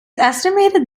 estimated